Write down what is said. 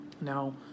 Now